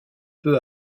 peu